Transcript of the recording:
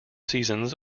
seasons